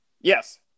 Yes